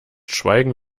schweigen